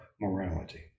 morality